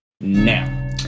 now